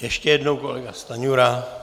Ještě jednou kolega Stanjura.